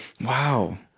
wow